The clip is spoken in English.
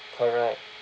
correct